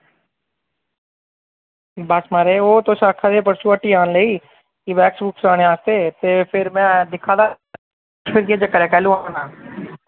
बस महाराज ओह् तुस आखै दे हे परसूं हट्टी आन लेई कि वैक्स वूक्स लाने आस्तै ते फिर में दिक्खा दा फिर केह् चक्कर ऐ कैह्लू औना